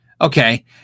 Okay